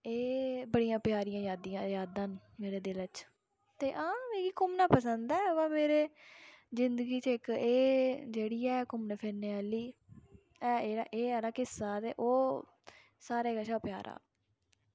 एह् बड़ियां प्यारियां यादां न मेरै दिलै च ते हां मिगी घूमना पसंद ऐ व मेरी जिंदगी च इक ऐ जेह्ड़ी ऐ घूमने फिरने आह्ली ऐ जेह्ड़ा एह् आह्ला किस्सा ते ओह् सारें कशा प्यारा ऐ